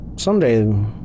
Someday